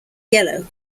yellow